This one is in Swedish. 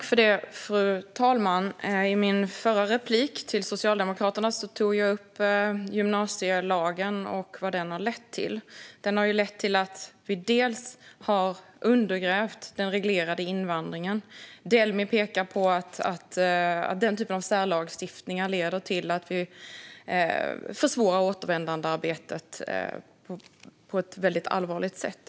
Fru talman! I min förra replik till Socialdemokraterna tog jag upp gymnasielagen och vad den har lett till. Den har lett till att vi har undergrävt den reglerade invandringen. Delmi pekar på att den typen av särlagstiftning leder till att vi exempelvis försvårar återvändandearbetet på ett allvarligt sätt.